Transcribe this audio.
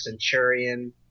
centurion